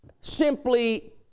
simply